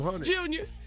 Junior